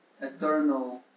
eternal